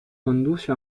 conduce